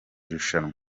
rushanwa